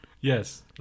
Yes